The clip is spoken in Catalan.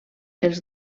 els